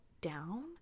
down